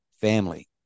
family